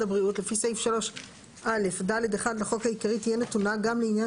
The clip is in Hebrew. הבריאות לפי סעיף 3א(ד1) לחוק העיקרי תהיה נתונה גם לעניין